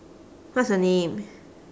what's her name